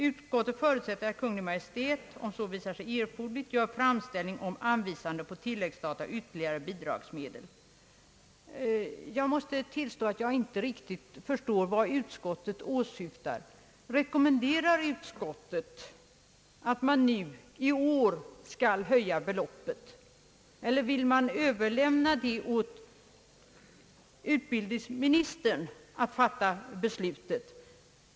Utskottet förutsätter att Kungl. Maj:t — om så visar sig erforderligt — gör framställning om anvisande på tilläggsstat av ytterligare bidragsmedel.» Jag måste tillstå att jag inte riktigt förstår vad utskottet åsyftar. Rekommenderar utskottet, att man i år skall höja beloppet? Eller vill utskottet överlämna åt utbildningsministern att fatta beslutet?